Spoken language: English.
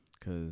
Cause